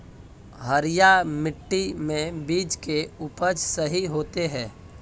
हरिया मिट्टी में बीज के उपज सही होते है?